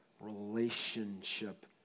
relationship